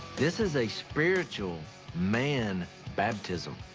this is a spiritual man baptism.